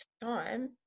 time